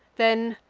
then,